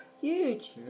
huge